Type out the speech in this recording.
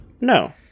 No